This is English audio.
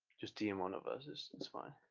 just dm one of us it's fine.